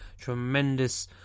tremendous